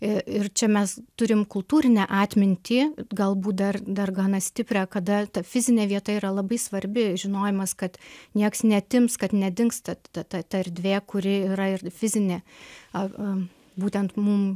ir čia mes turim kultūrinę atmintį galbūt dar dar gana stiprią kada ta fizinė vieta yra labai svarbi žinojimas kad nieks neatims kad nedingsta ta ta ta erdvė kuri yra ir fizinė a būtent mum